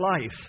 life